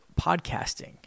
podcasting